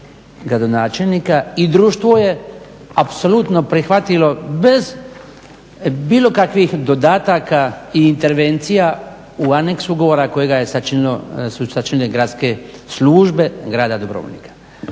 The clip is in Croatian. i društvo je apsolutno prihvatilo bez bilo kakvih dodataka i intervencija u aneksu ugovora kojega su sačinile gradske službe grada Dubrovnika.